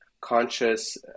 conscious